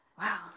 Wow